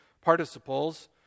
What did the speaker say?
participles